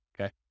Okay